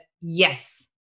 yes